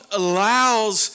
allows